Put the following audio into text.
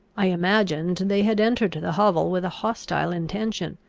i imagined they had entered the hovel with a hostile intention,